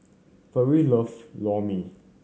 Farris loves Lor Mee